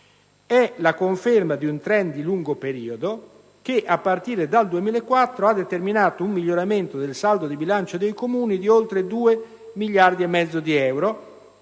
È la conferma di un *trend* di lungo periodo che, a partire dal 2004, ha determinato un miglioramento del saldo di bilancio dei Comuni di oltre 2,5 miliardi di euro,